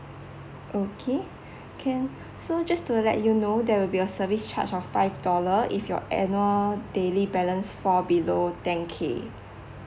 okay can so just to let you know there will be a service charge of five dollar if your annual daily balance fall below ten K